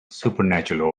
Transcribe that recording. supernatural